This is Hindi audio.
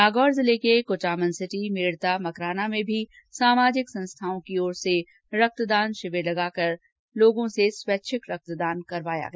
नागौर जिले के कुचामन सिटी मेड़ता मकराना में भी सामाजिक संस्थाओं द्वारा रक्तदान शिविर लगाकर लोगों से स्वैच्छिक रक्तदान करवाया गया